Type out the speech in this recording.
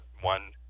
one